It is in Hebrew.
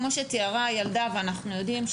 כמו שתיארה הילדה ואנחנו יודעים,